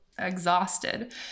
exhausted